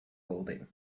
building